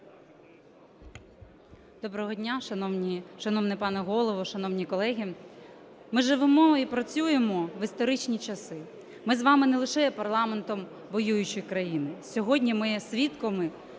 Доброго дня, шановний пане Голово, шановні колеги! Ми живемо і працюємо в історичні часи. Ми з вами не лише є парламентом воюючої країни, сьогодні ми є свідками